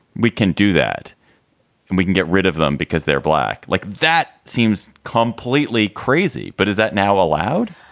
we can do that and we can get rid of them because they're black. like, that seems completely crazy. but is that now allowed?